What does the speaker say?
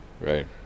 Right